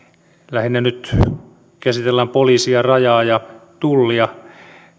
lähinnä nyt käsitellään poliisia rajaa ja tullia